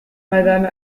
madame